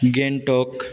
Gangtok